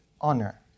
honor